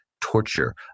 torture